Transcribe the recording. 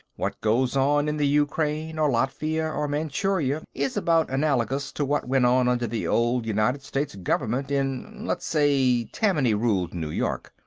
what goes on in the ukraine or latvia or manchuria is about analogous to what went on under the old united states government in, let's say, tammany-ruled new york.